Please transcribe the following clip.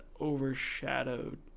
overshadowed